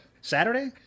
Saturday